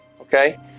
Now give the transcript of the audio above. okay